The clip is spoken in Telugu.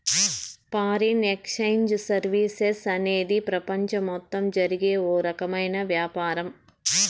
ఫారిన్ ఎక్సేంజ్ సర్వీసెస్ అనేది ప్రపంచం మొత్తం జరిగే ఓ రకమైన వ్యాపారం